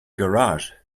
garage